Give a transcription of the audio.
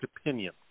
opinion